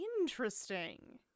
Interesting